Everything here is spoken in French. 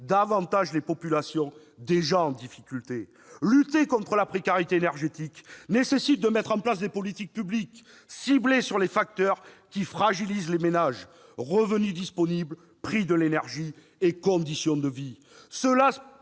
davantage des populations déjà en difficulté. Lutter contre la précarité énergétique nécessite de mettre en place des politiques publiques ciblées sur les facteurs fragilisant les ménages : revenu disponible, prix de l'énergie et conditions de vie